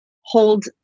hold